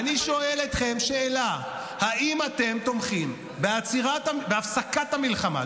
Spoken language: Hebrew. אני שואל אתכם שאלה: האם אתם תומכים בהפסקת המלחמה,